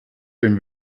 dem